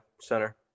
center